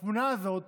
התמונה הזאת